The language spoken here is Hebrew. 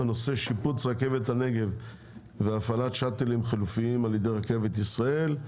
הנושא: שיפוץ רכבת הנגב והפעלת שאטלים חלופיים על ידי רכבת ישראל.